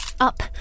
Up